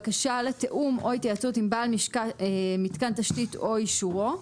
בקשה לתיאום או התייעצות עם בעל מיתקן תשתית או אישורו.